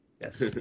Yes